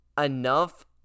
enough